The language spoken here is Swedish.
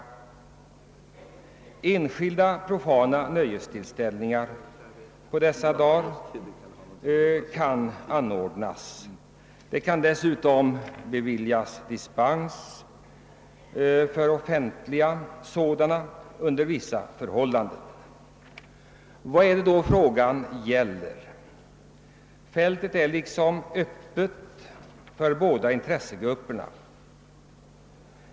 Enskilda profana nöjestillställningar kan anordnas på dessa dagar, och det kan dessutom beviljas dispens för offentliga sådana under vissa förhållanden. Vad är det då frågan gäller? Fältet är liksom öppet för båda intressegrupperna.